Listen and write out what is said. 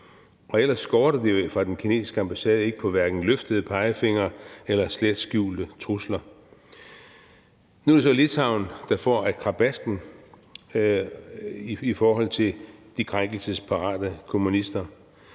Og ellers skorter det jo fra den kinesiske ambassade hverken på løftede pegefingre eller slet skjulte trusler. Nu er det så Litauen, der får med krabasken i forhold til de krænkelsesparate kommunister.